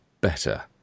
better